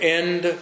end